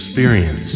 experience